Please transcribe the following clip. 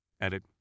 Edit